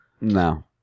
No